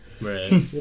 Right